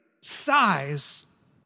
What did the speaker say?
size